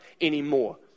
anymore